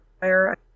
fire